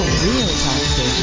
real-time